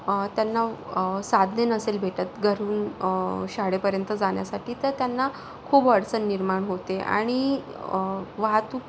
आणि त्यांना साधने नसेल भेटत घरून शाळेपर्यंत जाण्यासाठी तर त्यांना खूप अडचण निर्माण होते आणि वाहतूक